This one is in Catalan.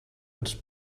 ens